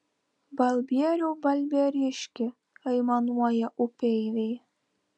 balbieriau balbieriški aimanuoja upeiviai